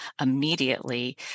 immediately